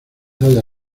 haya